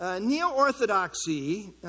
Neo-orthodoxy